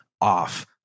off